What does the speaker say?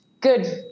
good